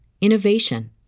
innovation